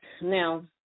Now